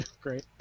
Great